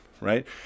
Right